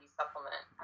supplement